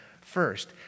first